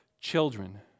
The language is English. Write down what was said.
children